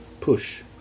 Push